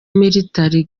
military